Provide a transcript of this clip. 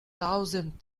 thousand